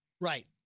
Right